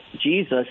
Jesus